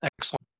excellent